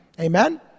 Amen